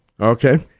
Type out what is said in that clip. Okay